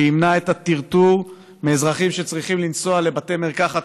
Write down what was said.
שימנע את הטרטור מאזרחים שצריכים לנסוע לבתי מרקחת